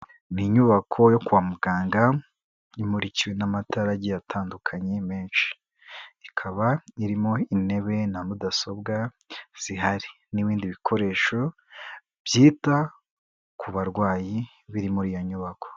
Ni inyubako yo kwa muganga imurikiwe n'amatara agiye atandukanye menshi, ikaba irimo intebe na mudasobwa zihari n'ibindi bikoresho byita ku barwayi biri muri iyo nyubako.